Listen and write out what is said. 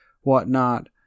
whatnot